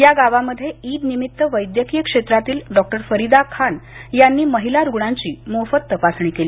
या गावमध्ये ईदनिमित्त वैद्यकिय क्षेत्रातील डॉ फरीदा खान यांनी महीला रुग्णांची मोफत तपासणी केली